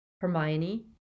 Hermione